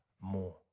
more